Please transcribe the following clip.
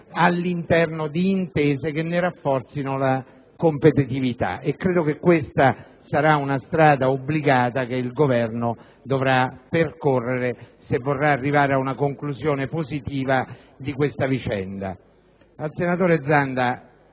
all'interno di intese che ne rafforzino la competitività. Questa sarà una strada obbligata che il Governo dovrà percorrere se vorrà arrivare ad una conclusione positiva della vicenda. Al senatore Zanda,